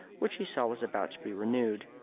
which he saw was about to be renewed.